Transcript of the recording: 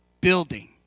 building